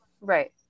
right